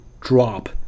drop